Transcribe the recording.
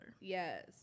Yes